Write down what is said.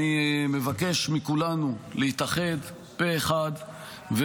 אני מבקש מכולנו להתאחד פה אחד,